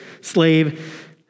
slave